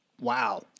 Wow